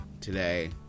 today